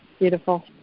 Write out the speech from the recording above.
beautiful